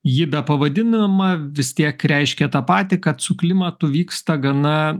ji pavadinama vis tiek reiškia tą patį kad su klimatu vyksta gana